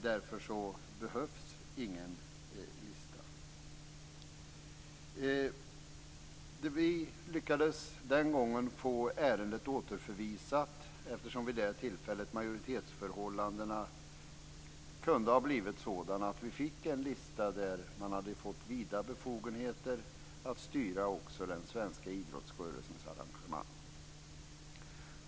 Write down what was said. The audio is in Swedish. Därför behövs det ingen lista. Förra gången lyckades vi få ärendet återförvisat eftersom majoritetsförhållandena vid det tillfället kunde ha blivit sådana att vi fick en lista där man hade fått vida befogenheter att styra också den svenska idrottsrörelsens arrangemang.